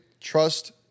trust